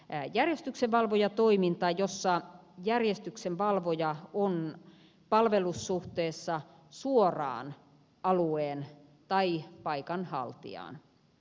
järjestyksenvalvojatoiminta jossa järjestyksenvalvoja on palvelussuhteessa suoraan alueen tai paikan haltijaan